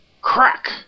Crack